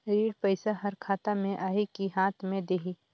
ऋण पइसा हर खाता मे आही की हाथ मे देही?